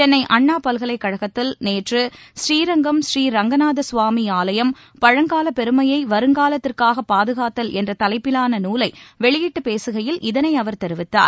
சென்னை அண்ணா பல்கலைக்கழகத்தில் நேற்று ஸ்ரீரங்கம் ஸ்ரீரங்கநாத சுவாமி ஆலயம் பழங்கால பெருமையை வருங்காலத்திற்காக பாதுகாத்தல் என்ற தலைப்பிலான நூலை வெளியிட்டுப் பேசுகையில் இதனை அவர் தெரிவித்தார்